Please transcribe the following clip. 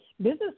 business